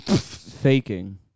Faking